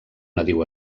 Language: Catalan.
nadiu